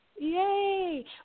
Yay